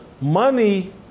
money